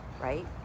right